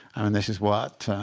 um and this is what